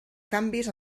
canvis